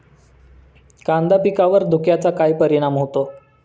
कांदा पिकावर धुक्याचा काय परिणाम होतो?